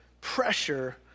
pressure